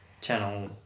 channel